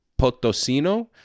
Potosino